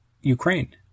Ukraine